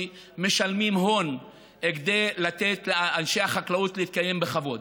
ומשלמים הון כדי לתת לאנשי החקלאות להתקיים בכבוד.